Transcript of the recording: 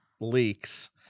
leaks